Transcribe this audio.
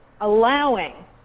allowing